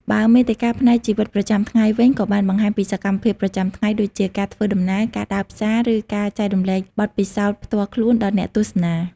បើមាតិកាផ្នែកជីវិតប្រចាំថ្ងៃវិញ ក៏បានបង្ហាញពីសកម្មភាពប្រចាំថ្ងៃដូចជា ការធ្វើដំណើរ ការដើរផ្សារ ឬការចែករំលែកបទពិសោធន៍ផ្ទាល់ខ្លួនដល់អ្នកទស្សនា។